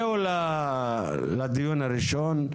זהו לדיון הראשון,